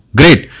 great